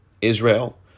Israel